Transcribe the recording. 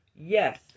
Yes